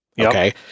Okay